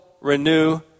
renew